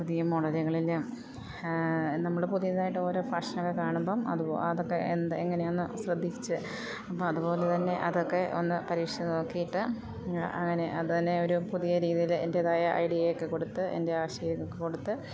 പുതിയ മോഡലുകളിലും നമ്മൾ പുതിയതായിട്ട് ഓരോ ഫാഷനൊക്കെ കാണുമ്പം അതൊക്കെ എന്ത് എങ്ങനെയാണെ ന്ന് ശ്രദ്ധിച്ചു അപ്പം അതുപോലെ തന്നെ അതൊക്കെ ഒന്നു പരീക്ഷിച്ചു നോക്കിയിട്ട് അങ്ങനെ അത് തന്നെ ഒരു പുതിയ രീതിയിൽ എൻ്റേതായ ഐഡിയയൊക്കെ കൊടുത്ത് എൻ്റെ ആശയമൊക്കെ കൊടുത്ത്